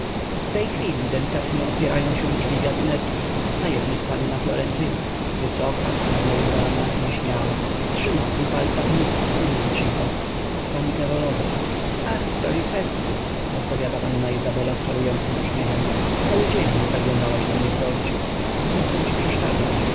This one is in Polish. w tej chwili delikatnie otwierają się drzwi gabinetu staje w nich panna florentyna wysoka czarno ubrana nieśmiała trzyma w dwu palcach list i mówi cicho od pani karolowej ach w sprawie kwesty odpowiada panna izabela z czarującym uśmiechem cały dzień nie zaglądałaś do mnie florciu nie chcę ci przeszkadzać